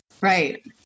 Right